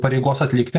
pareigos atlikti